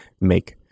make